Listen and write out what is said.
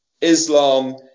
Islam